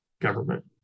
government